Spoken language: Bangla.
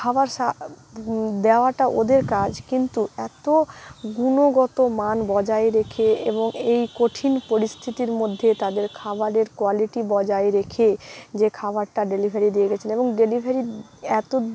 খাবার সা দেওয়াটা ওদের কাজ কিন্তু এত গুণগত মান বজায় রেখে এবং এই কঠিন পরিস্থিতির মধ্যে তাদের খাবারের কোয়ালিটি বজায় রেখে যে খাবারটা ডেলিভারি দিয়ে গিয়েছিলেন এবং ডেলিভারি এত